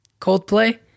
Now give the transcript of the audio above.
Coldplay